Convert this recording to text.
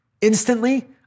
Instantly